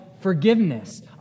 forgiveness